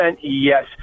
yes